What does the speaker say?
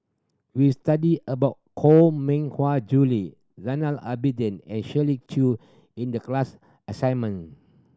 we studied about Koh Mui Hiang Julie Zainal Abidin and Shirley Chew in the class assignment